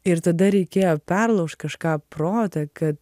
ir tada reikėjo perlaužt kažką protui kad